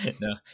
No